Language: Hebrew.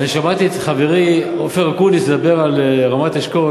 אני שמעתי את חברי אופיר אקוניס מדבר על רמת-אשכול.